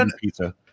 pizza